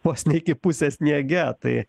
vos ne iki pusės sniege tai